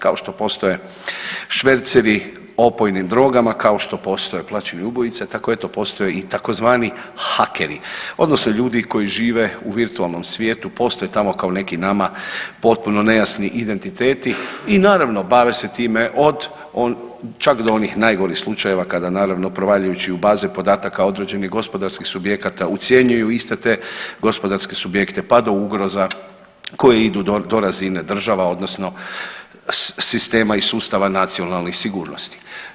Kao što postoje šverceri opojnim drogama, kao što postoje plaćene ubojice tako eto postoje i tzv. hakeri odnosno ljudi koji žive u virtualnom svijetu, postoje tamo kao neki nama potpuno nejasni identiteti i naravno bave se time čak do onih najgorih slučajeva kada naravno provaljujući u baze podataka određenih gospodarskih subjekata ucjenjuju iste te gospodarske subjekte pa do ugroza koje idu do razine država odnosno sistema i sustava nacionalne sigurnosti.